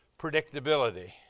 predictability